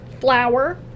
flour